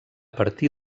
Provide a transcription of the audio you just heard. partir